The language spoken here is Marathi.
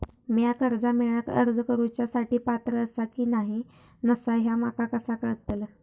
म्या कर्जा मेळाक अर्ज करुच्या साठी पात्र आसा की नसा ह्या माका कसा कळतल?